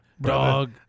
Dog